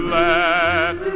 let